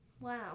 Wow